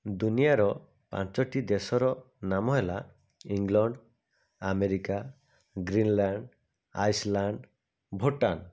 ଦୁନିଆର ପାଞ୍ଚଟି ଦେଶର ନାମ ହେଲା England America Greenland Iceland Bhutan